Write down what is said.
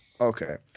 okay